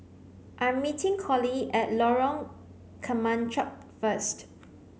I am meeting Collie at Lorong Kemunchup first